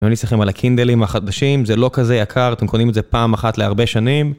אני ממליץ לכם על הקינדלים החדשים, זה לא כזה יקר, אתם קונים את זה פעם אחת להרבה שנים.